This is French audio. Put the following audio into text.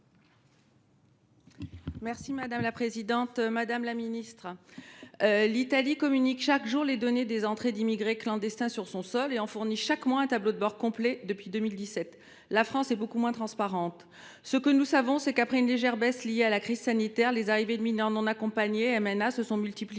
et des outre mer. Madame la ministre, l’Italie communique chaque jour les données relatives aux entrées d’immigrés clandestins sur son sol et en fournit chaque mois un tableau de bord complet, depuis 2017. La France est beaucoup moins transparente en la matière. Ce que nous savons, c’est que, après une légère baisse liée à la crise sanitaire, les arrivées de mineurs non accompagnés (MNA) se sont multipliées